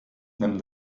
nimm